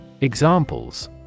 Examples